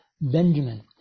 Benjamin